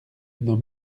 nos